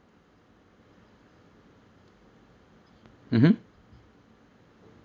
mmhmm